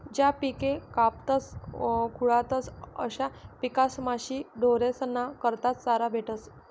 ज्या पिके कापातस खुडातस अशा पिकेस्पाशीन ढोरेस्ना करता चारा भेटस